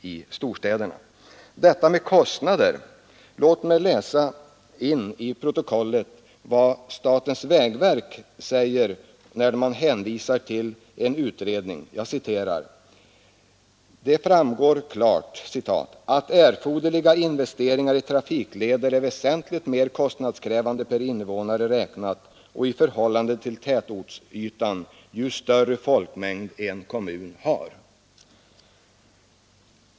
I sina petita för budgetåret 1971/72 hänvisade statens vägverk till en undersökning av vilken det klart framgår att ”erforderliga investeringar i trafikleder är väsentligt mer kostnadskrävande per invånare räknat och i förhållande till tätortsytan ju större folkmängd en kommun har”. Jag har velat läsa in detta till protokollet med anledning av herr Fagerlunds tal om samhällskostnaderna.